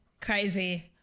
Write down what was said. Crazy